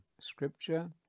Scripture